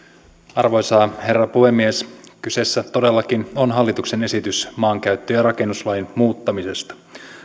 arvoisa herra puhemies kyseessä todellakin on hallituksen esitys maankäyttö ja rakennuslain muuttamisesta